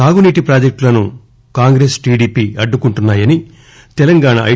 సాగునీటి ప్రాజెక్షును కాంగ్రెస్ టిడిపి అడ్డుకుంటున్నా యని తెలంగాన ఐ